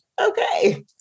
okay